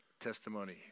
testimony